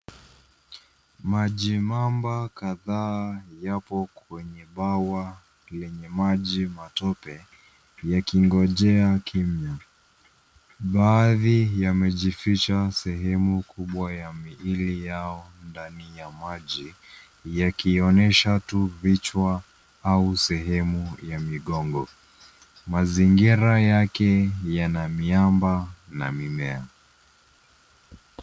Maji mamba kadhaa yapo kwenye bwawa lenye maji matope yakingojea kimya. Baadhi yamejificha sehemu kubwa ya miili yao ndani ya maji yakionyesha tu vichwa au sehemu ya migongo. Mazingira yake yana miamba na mimea.